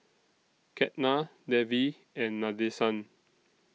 Ketna Devi and Nadesan